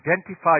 identify